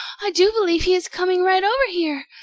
i do believe he is coming right over here!